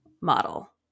model